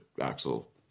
Axel